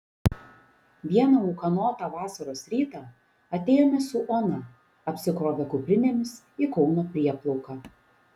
vieną ūkanotą vasaros rytą atėjome su ona apsikrovę kuprinėmis į kauno prieplauką